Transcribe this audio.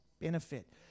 benefit